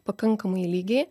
pakankamai lygiai